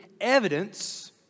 evidence